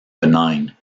benign